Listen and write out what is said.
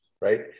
right